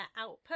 output